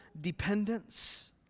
dependence